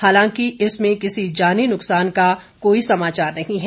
हालांकि इसमें किसी जानी नुकसान का कोई समाचार नहीं है